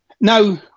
Now